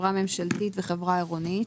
חברה ממשלתית וחברה עירונית".